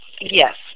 Yes